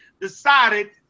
decided